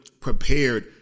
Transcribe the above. prepared